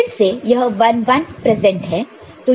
फिर से यह 1 1 प्रेजेंट है